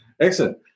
Excellent